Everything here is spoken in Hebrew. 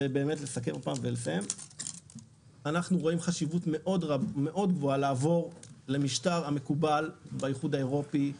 אנחנו רואים חשיבות מאוד גדולה לעבור למשטר המקובל באיחוד האירופי,